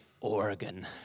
Oregon